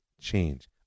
change